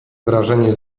wrażenie